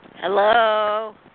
Hello